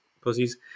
pussies